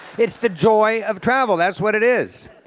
it's the joy of travel, that's what it is.